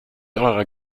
eurer